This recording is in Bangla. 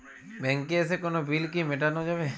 ব্যাংকে এসে কোনো বিল কি মেটানো যাবে?